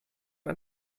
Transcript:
man